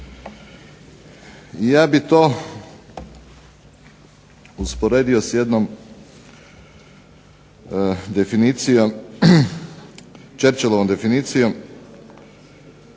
ja bih to usporedio s jednom Churchillovom definicijom,